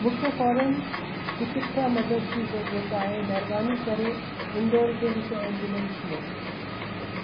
मूंखे फौरनु चिकित्सा मदद जी ज़रूरत आहे महिरबानी करे इंदौर जे हिक एम्बुलेंस मोकिलियो